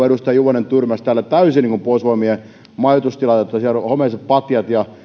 edustaja juvonen tyrmäsi täällä täysin puolustusvoimien majoitustilat että siellä on homeiset patjat ja